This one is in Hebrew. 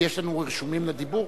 הצעת חוק הגנת הצרכן (תיקון מס' 31) (מדבקת